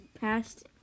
past